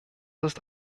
ist